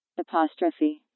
Apostrophe